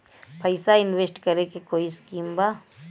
पैसा इंवेस्ट करे के कोई स्कीम बा?